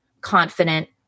confident